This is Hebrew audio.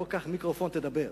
בוא קח מיקרופון ותדבר.